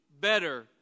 better